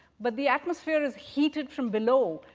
but the atmosphere is heated from below.